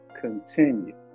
continue